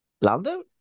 Lando